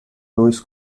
louis